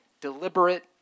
deliberate